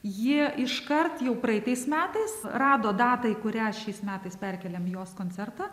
ji iškart jau praeitais metais rado datą į kurią šiais metais perkėlėm jos koncertą